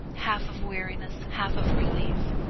half of weariness, half of relief.